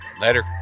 Later